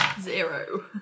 Zero